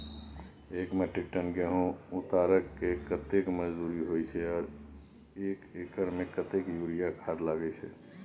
एक metric ton गेहूं उतारेके कतेक मजदूरी होय छै आर एक एकर में कतेक यूरिया खाद लागे छै?